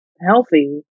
healthy